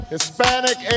Hispanic